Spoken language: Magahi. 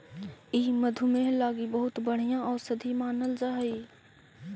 ई मधुमेह लागी बहुत बढ़ियाँ औषधि मानल जा हई